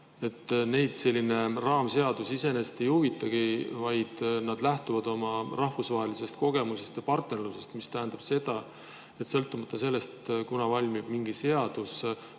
et neid selline raamseadus iseenesest ei huvitagi, nad lähtuvad oma rahvusvahelisest kogemusest ja partnerlusest. See tähendab seda, et sõltumata sellest, kunas valmib mingi seadus,